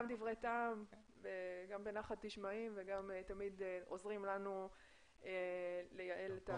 דברי טעם וגם בנחת נשמעים ותמיד עוזרים לנו לייעל את